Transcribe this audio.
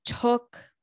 took